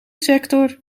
sector